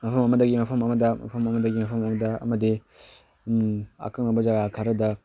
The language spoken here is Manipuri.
ꯃꯐꯝ ꯑꯃꯗꯒꯤ ꯃꯐꯝ ꯑꯃꯗ ꯃꯐꯝ ꯑꯃꯗꯒꯤ ꯃꯐꯝ ꯑꯃꯗ ꯑꯃꯗꯤ ꯑꯀꯛꯅꯕ ꯖꯒꯥ ꯈꯔꯗ